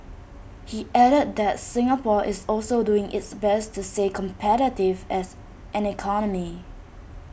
he added that Singapore is also doing its best to stay competitive as an economy